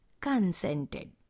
consented